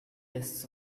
lists